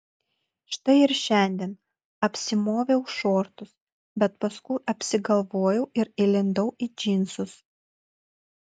štai ir šiandien apsimoviau šortus bet paskui apsigalvojau ir įlindau į džinsus